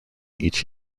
each